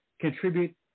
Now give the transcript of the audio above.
contribute